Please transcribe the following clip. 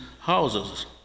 houses